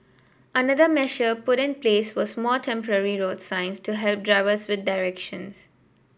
another measure put in place was more temporary road signs to help drivers with directions